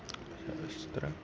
सहस्रम्